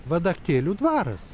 vadaktėlių dvaras